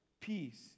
Peace